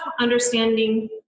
understanding